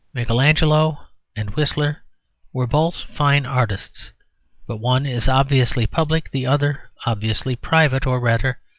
michelangelo and whistler were both fine artists but one is obviously public, the other obviously private, or, rather,